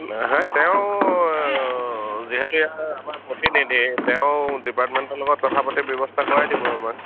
নাহে তেওঁ যিহেতু আমাৰ প্ৰতিনিধি তেওঁ ডিপাৰ্টমেণ্টৰ লগত কথা পাতি ব্যৱস্থা কৰাই দিব আমাক